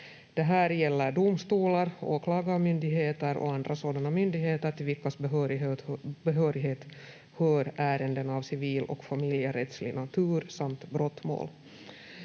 Det här gäller domstolar, åklagarmyndigheter och andra sådana myndigheter, till vilkas behörighet hör ärenden av civil- och familjerättslig natur samt brottmål.